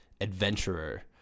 adventurer